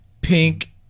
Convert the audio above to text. pink